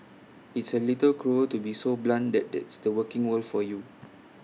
it's A little cruel to be so blunt that that's the working world for you